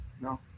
No